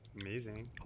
amazing